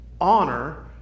honor